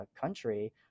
country